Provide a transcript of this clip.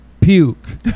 puke